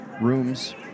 rooms